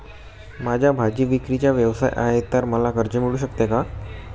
माझा भाजीविक्रीचा व्यवसाय आहे तर मला कर्ज मिळू शकेल का?